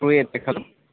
श्रूयते खलु